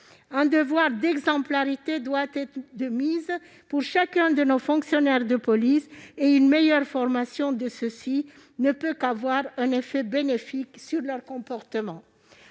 Un devoir d'exemplarité doit être de mise pour chacun de nos fonctionnaires de police, une meilleure formation de ceux-ci ne pouvant qu'avoir un effet bénéfique sur leur comportement.